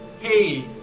hey